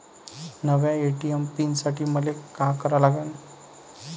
नव्या ATM PIN साठी मले का करा लागन?